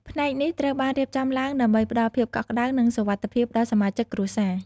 ផ្នែកនេះត្រូវបានរៀបចំឡើងដើម្បីផ្តល់ភាពកក់ក្តៅ និងសុវត្ថិភាពដល់សមាជិកគ្រួសារ ។